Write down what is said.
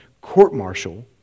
court-martial